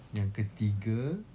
yang ketiga